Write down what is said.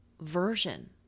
version